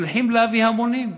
מצליחים להביא המונים.